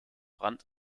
brand